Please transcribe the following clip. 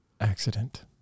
accident